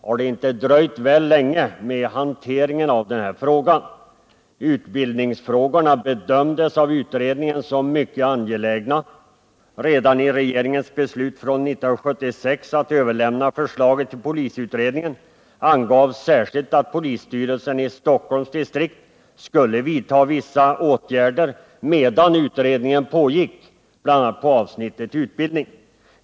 Har det inte dröjt väl länge med hanteringen av detta ärende? Utbildningsfrågorna bedöms av utredningen såsom mycket angelägna. Redan i regeringens beslut 1976 att överlämna förslaget till polisutredningen angavs särskilt att polisstyrelsen i Stockholms distrikt skulle vidta vissa åtgärder medan utredningen pågick, bl.a. på avsnittet utbildning.